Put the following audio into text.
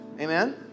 Amen